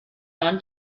non